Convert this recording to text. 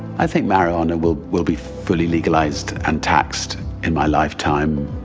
i think marijuana will will be fully legalized and taxed in my lifetime.